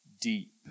deep